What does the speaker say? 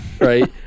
right